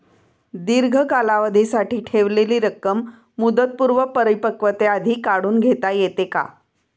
दीर्घ कालावधीसाठी ठेवलेली रक्कम मुदतपूर्व परिपक्वतेआधी काढून घेता येते का?